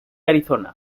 arizona